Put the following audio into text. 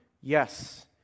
Yes